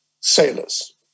sailors